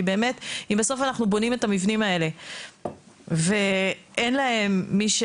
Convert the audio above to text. כי באמת אם בסוף אנחנו בונים את המבנים האלה ואין להם מי ש